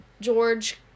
george